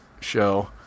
show